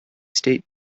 state